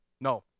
No